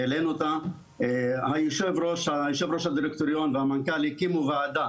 העלנו אותה, יו"ר הדירקטוריון והמנכ"ל הקימו וועדה